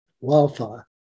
wildfire